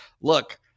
look